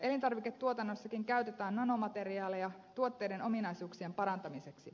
elintarviketuotannossakin käytetään nanomateriaaleja tuotteiden ominaisuuksien parantamiseksi